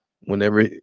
whenever